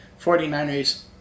49ers